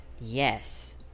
Yes